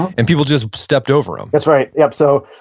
and people just stepped over him that's right. yep. so,